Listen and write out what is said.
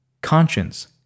conscience